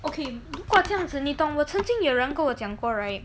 okay 如果这样子你懂我曾经有人跟我讲过 right